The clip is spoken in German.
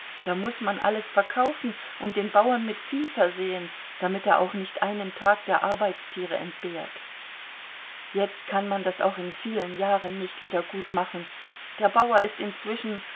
da muß man alles verkaufen und den bauern mit vieh versehen damit er auch nicht einen tag der arbeitstiere entbehrt jetzt kann man das auch in vielen jahren nicht wieder gutmachen der bauer ist inzwischen